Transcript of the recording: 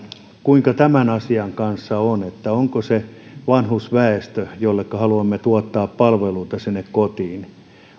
kuinka tämän asian kanssa on eli olisiko se vanhusväestö jolle haluamme tuottaa palveluita sinne kotiin